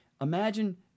imagine